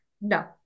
no